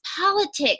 politics